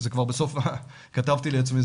כתבתי לעצמי,